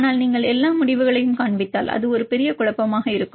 ஆனால் நீங்கள் எல்லா முடிவுகளையும் காண்பித்தால் அது ஒரு பெரிய குழப்பமாக இருக்கும்